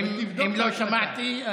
אם לא שמעתי,